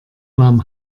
nahm